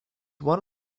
one